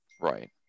Right